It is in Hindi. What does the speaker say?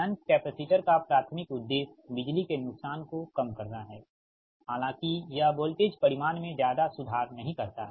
शंट कैपेसिटर का प्राथमिक उद्देश्य बिजली के नुकसान को कम करना है हालांकि यह वोल्टेज परिमाण में ज्यादा सुधार नहीं करता है